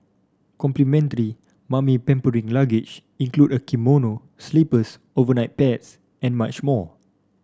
complimentary mummy pampering luggage including a kimono slippers overnight pads and much more